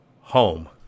home